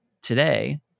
today